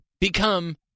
become